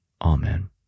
Amen